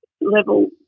level